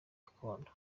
gakondo